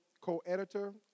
co-editor